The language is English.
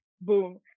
boom